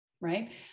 right